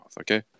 Okay